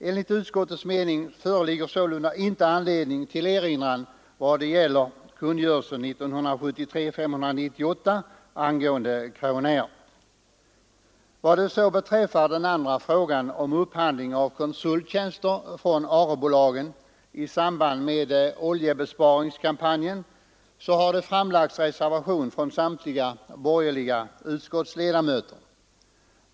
Enligt utskottets mening föreligger sålunda inte anledning till erinran i vad gäller kungörelsen 598 år 1973 angående Crownair AB. Beträffande frågan om upphandling av konsulttjänster från ARE-bolagen i samband med oljebesparingskampanjen har det framlagts reservation från samtliga borgerliga utskottsledamöter.